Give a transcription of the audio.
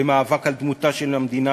זה מאבק על דמותה של המדינה,